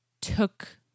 took